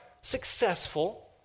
successful